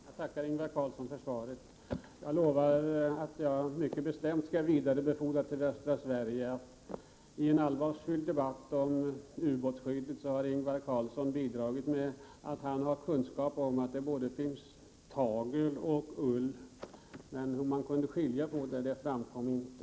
Herr talman! Jag tackar Ingvar Karlsson i Bengtsfors för svaret. Jag lovar mycket bestämt att jag skall vidarebefordra det till västra Sverige. I en allvarsfylld debatt om ubåtsskyddet har Ingvar Karlsson bidragit med upplysningen att han har kunskap om att det finns både tagel och ull. Hur man kunde skilja det ena från det andra framgick inte.